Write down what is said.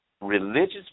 religious